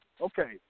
okay